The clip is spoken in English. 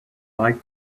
like